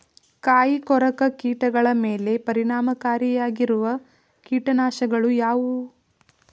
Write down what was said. ಕಾಯಿಕೊರಕ ಕೀಟಗಳ ಮೇಲೆ ಪರಿಣಾಮಕಾರಿಯಾಗಿರುವ ಕೀಟನಾಶಗಳು ಯಾವುವು?